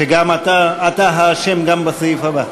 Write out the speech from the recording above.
שגם אתה, אתה האשם גם בסעיף הבא.